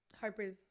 Harper's